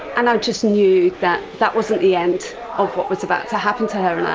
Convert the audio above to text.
and i just knew that that wasn't the end of what was about to happen to her,